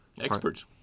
Experts